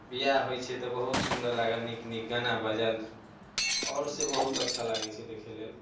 बिआह होइत छै तऽ बहुत सुंदर लागल नीक नीक गाना बाजल आओर से बहुत अच्छा लागैत छै देखै लेल